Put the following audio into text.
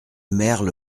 merle